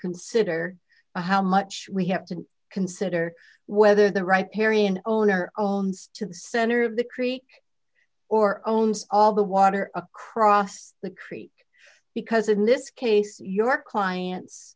consider how much we have to consider whether the right perry an owner to the center of the creek or owns all the water across the creek because in this case your clients